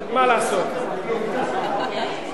זה היה 5.9%, לא עשיתם כלום, תאמין לי.